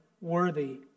worthy